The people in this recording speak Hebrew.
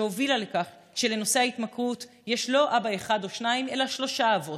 שהובילה לכך שלנושא ההתמכרות יש לא אבא אחד או שניים אלא שלושה אבות,